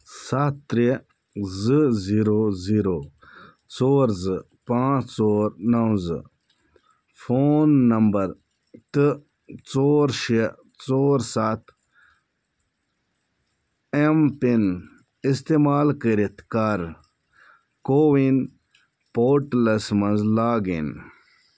سَتھ ترٛےٚ زٕ زیٖرو زیٖرو ژور زٕ پانٛژھ ژور نو زٕ فون نمبر تہٕ ژور شےٚ ژور سَتھ ایم پِن استعمال کٔرِتھ کر کووِن پوٹلس مَنٛز لاگ اِن